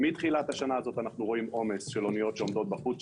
מתחילת השנה הזאת אנחנו רואים עומס של אוניות שעומדות בחוץ,